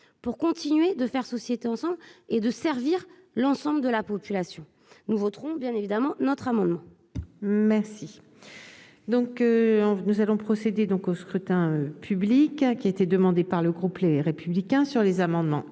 pour continuer de faire société ensemble et de servir l'ensemble de la population, nous voterons bien évidemment notre amendement. Merci. Donc, nous allons procéder donc au scrutin public qui été demandée par le groupe, les républicains sur les amendements